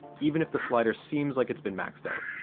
even if the slider seems like it's been maxed out.